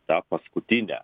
tą paskutinę